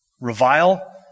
Revile